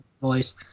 voice